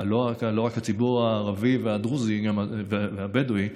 לא רק הציבור הערבי והדרוזי והבדואי,